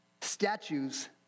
Statues